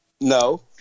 No